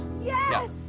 Yes